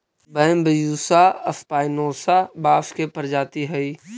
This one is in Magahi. बैम्ब्यूसा स्पायनोसा बाँस के प्रजाति हइ